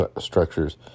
structures